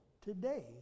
today